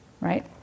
right